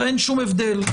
אין שום הבדל,